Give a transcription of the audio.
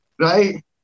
right